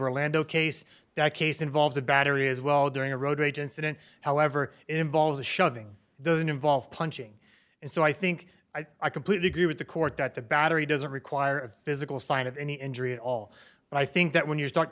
orlando case that case involves a battery as well during a road rage incident however involves a shoving doesn't involve punching and so i think i completely agree with the court that the battery doesn't require physical sign of any injury at all and i think that when you start